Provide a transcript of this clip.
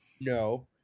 No